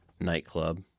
nightclub